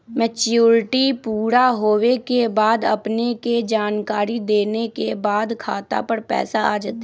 Maturity पुरा होवे के बाद अपने के जानकारी देने के बाद खाता पर पैसा आ जतई?